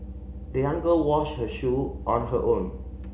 the young girl washed her shoe on her own